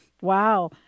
Wow